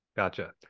Gotcha